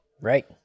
Right